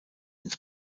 ins